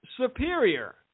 superior